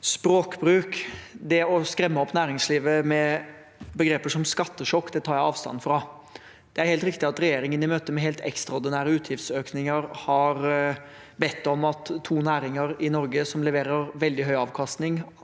språkbruk. Det å skremme opp næringslivet med begreper som «skattesjokk» tar jeg avstand fra. Det er helt riktig at regjeringen i møte med helt ekstraordinære utgiftsøkninger har bedt om at to næringer i Norge, som leverer veldig høy avkastning